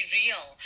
real